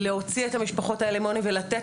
להוציא את המשפחות האלה מעוני ולתת